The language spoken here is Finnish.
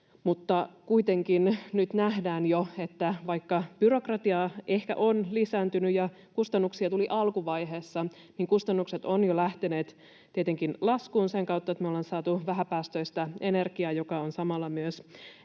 mutta kuitenkin nyt nähdään jo, että vaikka byrokratia ehkä on lisääntynyt ja kustannuksia tuli alkuvaiheessa, niin kustannukset ovat jo lähteneet tietenkin laskuun sen kautta, että me ollaan saatu vähäpäästöistä energiaa, joka on samalla myös